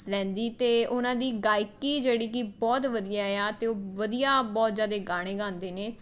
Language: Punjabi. ਲੈਂਦੀ ਅਤੇ ਉਹਨਾਂ ਦੀ ਗਾਇਕੀ ਜਿਹੜੀ ਕਿ ਬਹੁਤ ਵਧੀਆ ਆ ਅਤੇ ਉਹ ਵਧੀਆ ਬਹੁਤ ਜ਼ਿਆਦਾ ਗਾਣੇ ਗਾਉਂਦੇ ਨੇ